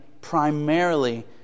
primarily